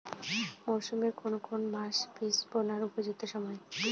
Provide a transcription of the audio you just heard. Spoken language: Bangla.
মরসুমের কোন কোন মাস বীজ বোনার উপযুক্ত সময়?